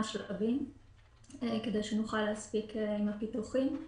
שלבים כדי שנוכל להספיק עם הפיתוחים.